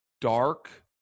dark